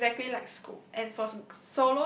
exactly like school and for s~